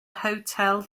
hotel